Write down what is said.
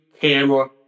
camera